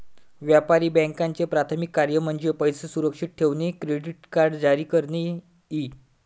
व्यापारी बँकांचे प्राथमिक कार्य म्हणजे पैसे सुरक्षित ठेवणे, क्रेडिट कार्ड जारी करणे इ